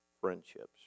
friendships